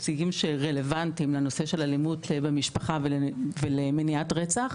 נציגים שרלוונטיים לנושא של אלימות במשפחה ולמניעת רצח,